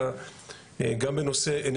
גם בנושא התת קרקע,